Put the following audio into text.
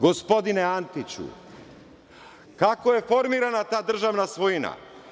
Gospodine Antiću, kako je formirana ta državna svojina?